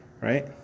right